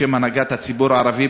בשם הנהגת הציבור הערבי,